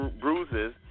bruises